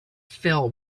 fell